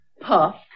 Puff